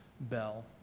bell